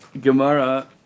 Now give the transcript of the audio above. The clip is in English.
Gemara